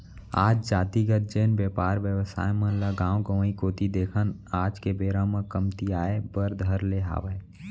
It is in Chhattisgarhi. आज जातिगत जेन बेपार बेवसाय मन ल गाँव गंवाई कोती देखन आज के बेरा म कमतियाये बर धर ले हावय